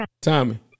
Tommy